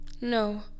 No